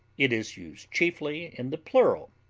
it is used chiefly in the plural,